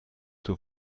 zur